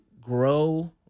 grow